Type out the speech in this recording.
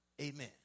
Amen